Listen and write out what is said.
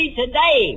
today